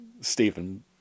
Stephen